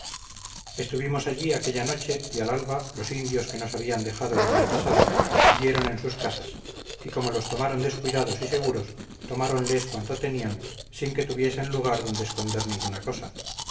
estuvimos allí aquella noche y al alba los indios que nos habían dejado el día pasado dieron en sus casas y como los tomaron descuidados y seguros tomáronles cuanto tenían sin que tuviesen lugar donde esconder ninguna cosa